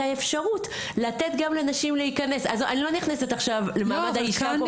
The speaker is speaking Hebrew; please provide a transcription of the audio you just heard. האפשרות לתת גם לנשים להיכנס אז אני לא נכנסת עכשיו למעמד האישה .